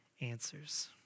answers